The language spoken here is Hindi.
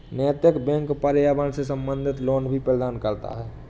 नैतिक बैंक पर्यावरण से संबंधित लोन भी प्रदान करता है